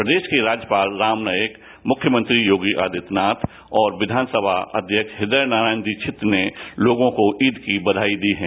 प्रदेश के राज्यपाल राम नाईक मुख्यमंत्री योगी आदित्यनाथ और किघानसभा अध्यक्ष हृदय नारायण दीक्षित ने लोगों को ईद की बधाई दी है